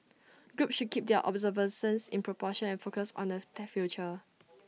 groups should keep their observances in proportion and focused on the the future